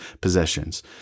possessions